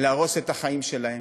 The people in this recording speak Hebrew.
להרוס את החיים שלהם.